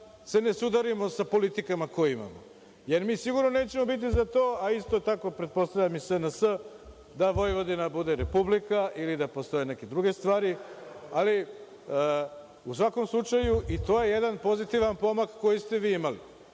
se ne sudarimo sa politikama koje imamo, jer mi sigurno nećemo biti za to, a isto tako pretpostavljam i SNS da Vojvodina bude Republika ili da postoje neke druge stvari.U svakom slučaju, i to je jedan pozitivan pomak koji ste vi imali.